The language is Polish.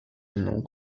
mną